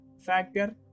factor